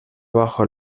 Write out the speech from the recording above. bajo